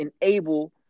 enable